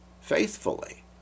faithfully